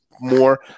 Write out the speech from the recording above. more